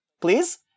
please